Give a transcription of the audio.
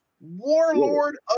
Warlord